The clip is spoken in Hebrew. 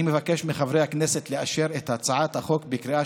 אני מבקש מחברי הכנסת לאשר את הצעת החוק בקריאה